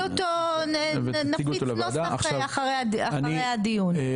זה תיקון ניסוחי, נפיץ נוסח אחרי הדיון.